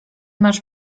masz